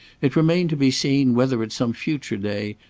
it remained to be seen whether, at some future day,